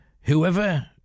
whoever